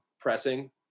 pressing